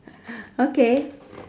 okay